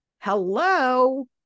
hello